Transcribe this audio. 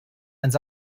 einen